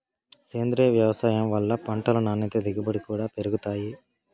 సేంద్రీయ వ్యవసాయం వల్ల పంటలు నాణ్యత దిగుబడి కూడా పెరుగుతాయి